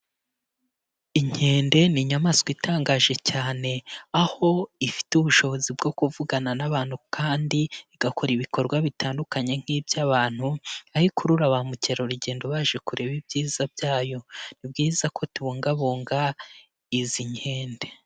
Inkende ni inyamaswa itangaje cyane, aho ifite ubushobozi bwo kuvugana n'abantu kandi igakora ibikorwa bitandukanye nk'iby'abantu, aho ikurura ba mukerarugendo baje kureba ibyiza byayo, ni byiza ko tubungabunga izi nkende.